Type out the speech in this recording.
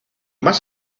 más